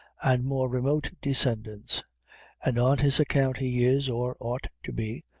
and more remote descendants and on his account he is, or ought to be,